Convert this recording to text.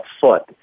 foot